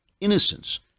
innocence